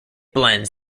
blends